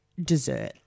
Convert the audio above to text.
dessert